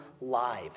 live